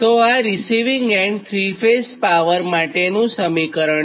તોઆ receiving end 3 phase power માટેનું સમીકરણ છે